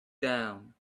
down